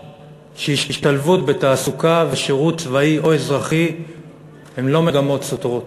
שהשתלבות בתעסוקה ושירות צבאי או אזרחי הם לא מגמות סותרות,